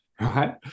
right